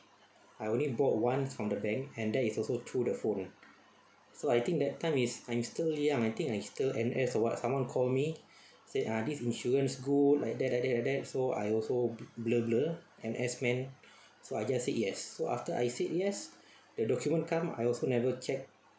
I only bought one from the bank and that is also through the phone so I think that time is I'm still young I think I still N_S or what someone call me say ah this insurance cool like that like that like that so I also blur blur N_S men so I just said yes so after I said yes the document come I also never check